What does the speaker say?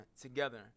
together